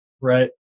right